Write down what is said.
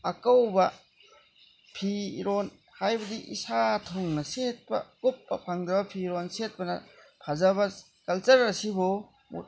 ꯑꯀꯧꯕ ꯐꯤꯔꯣꯟ ꯍꯥꯏꯕꯗꯤ ꯏꯁꯥ ꯊꯨꯡꯅ ꯁꯦꯠꯄ ꯀꯨꯞꯄ ꯐꯪꯗ꯭ꯔꯕ ꯐꯤꯔꯣꯟ ꯁꯦꯠꯄꯅ ꯐꯖꯕ ꯀꯜꯆꯔ ꯑꯁꯤꯕꯨ